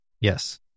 Yes